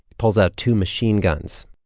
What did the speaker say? pulls out two machine guns,